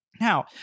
Now